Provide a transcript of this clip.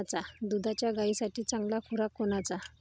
दुधाच्या गायीसाठी चांगला खुराक कोनचा?